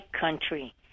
country